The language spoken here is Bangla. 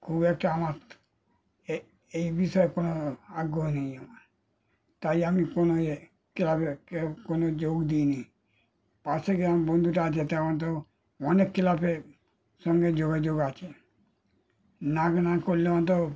খুব একটা আমার এই এই বিষয়ে কোনো আগ্রহ নেই আমার তাই আমি কোনো এই ক্লাবে কে কোনো যোগ দিইনি পাশের গ্রামে বন্ধুটা আছে যে তো আমার তো অনেক ক্লাবের সঙ্গে যোগাযোগ আছে না না করলে অন্তত